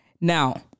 now